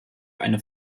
eine